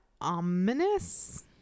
ominous